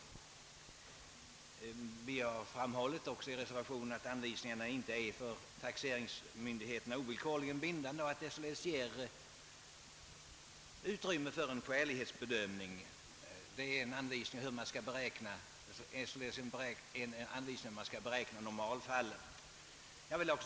Vi har också framhållit i reservationen att anvisningarna inte är ovillkorligen bindande för taxeringsmyndigheterna och att de därför ger utrymme för en skälighetsbedömning. Anvisningarna ger besked om hur man skall beräkna normalfallen.